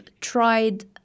tried